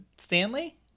Stanley